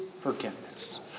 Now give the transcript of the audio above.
forgiveness